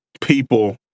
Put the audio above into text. people